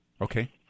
Okay